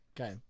Okay